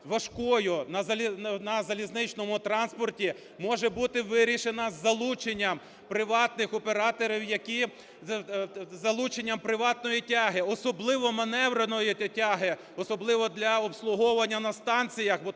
важкою на залізничному транспорті, може бути вирішена з залученням приватних операторів, які завдяки залученням приватної тяги, особливо маневреної тяги, особливо для обслуговування на станціях,